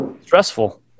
stressful